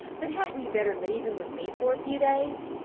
but hadn't you better leave him with me for a few days?